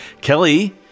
Kelly